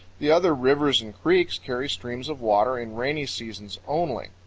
the other rivers and creeks carry streams of water in rainy seasons only.